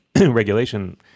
regulation